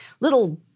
little